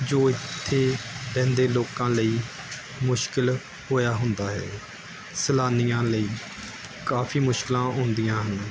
ਜੋ ਇੱਥੇ ਰਹਿੰਦੇ ਲੋਕਾਂ ਲਈ ਮੁਸ਼ਕਲ ਹੋਇਆ ਹੁੰਦਾ ਹੈ ਸੈਲਾਨੀਆਂ ਲਈ ਕਾਫ਼ੀ ਮੁਸ਼ਕਲਾਂ ਹੁੰਦੀਆਂ ਹਨ